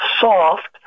soft